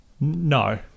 No